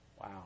Wow